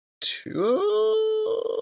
two